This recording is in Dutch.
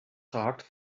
gehakt